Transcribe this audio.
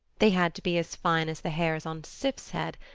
they had to be as fine as the hairs on sif's head,